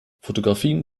fotografien